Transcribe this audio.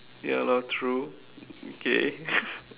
ya lor true okay